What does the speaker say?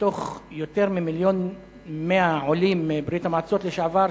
שמתוך יותר מ-1.1 מיליון עולים מברית-המועצות לשעבר,